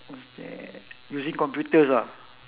what's that using computers ah